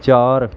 ਚਾਰ